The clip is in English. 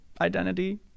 identity